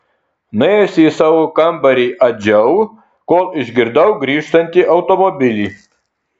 nuėjusi į savo kambarį adžiau kol išgirdau grįžtantį automobilį